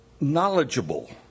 knowledgeable